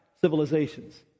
civilizations